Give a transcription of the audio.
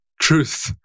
truth